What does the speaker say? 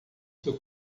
seu